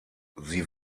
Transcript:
sie